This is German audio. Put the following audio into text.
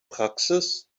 praxis